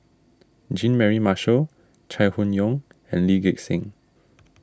Jean Mary Marshall Chai Hon Yoong and Lee Gek Seng